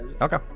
Okay